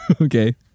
Okay